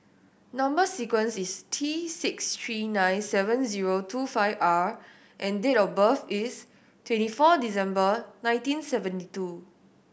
number sequence is T six three nine seven zero two five R and date of birth is twenty four December nineteen seventy two